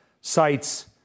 sites